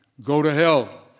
go to hell.